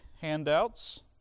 handouts